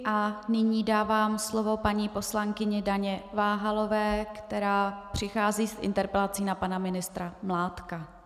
A nyní dávám slovo paní poslankyni Daně Váhalové, která přichází s interpelací na pana ministra Mládka.